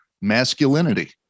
masculinity